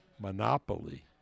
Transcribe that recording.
monopoly